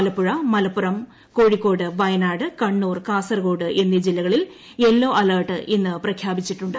ആലപ്പുഴ മലപ്പുറം കോഴിക്കോട് വയനാട് കണ്ണൂർ കാസർഗോഡ് എന്നീ ജില്ലകളിൽ yellow alert ഇന്ന് പ്രഖ്യാപിച്ചിട്ടുണ്ട്